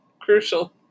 crucial